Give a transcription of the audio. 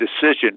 decision